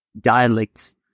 dialects